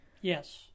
Yes